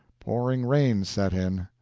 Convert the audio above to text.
pouring rain set in.